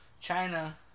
China